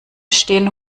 stehen